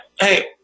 hey